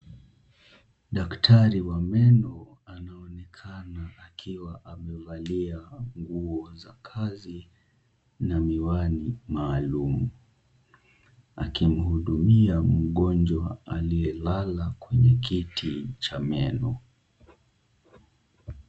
Daktari wa meno anaonekanaa akiwa amevalia nguo za kazi na miwani maalum, akimhudumia mgonjwa aliyelala kwenye kiti cha meno.